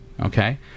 Okay